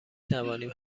توانیم